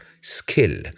skill